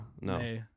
No